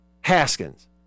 Haskins